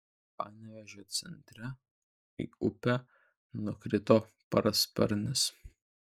panevėžio centre į upę nukrito parasparnis